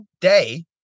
day